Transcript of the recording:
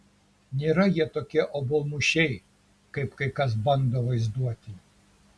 nėra jie tokie obuolmušiai kaip kai kas bando vaizduoti